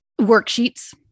Worksheets